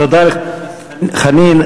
תודה לחבר הכנסת חנין.